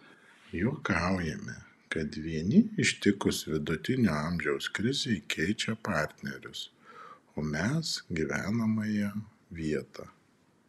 juokaujame kad vieni ištikus vidutinio amžiaus krizei keičia partnerius o mes gyvenamąją vietą